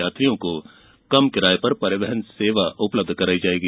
यात्रियों को कम किराये पर परिवहन सेवा उपलब्ध कराई जायेगी